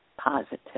positive